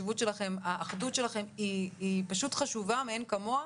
האחדות שלכם היא פשוט חשובה מאין כמוה,